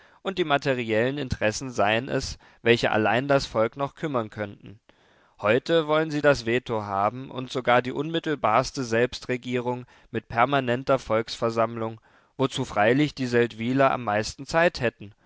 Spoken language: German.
und die materiellen interessen seien es welche allein das volk noch kümmern könnten heute wollen sie das veto haben und sogar die unmittelbarste selbstregierung mit permanenter volksversammlung wozu freilich die seldwyler am meisten zeit hätten